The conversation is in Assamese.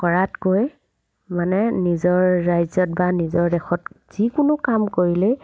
কৰাতকৈ মানে নিজৰ ৰাজ্যত বা নিজৰ দেশত যিকোনো কাম কৰিলেই